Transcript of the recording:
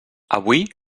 avui